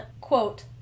quote